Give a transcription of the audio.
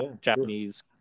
Japanese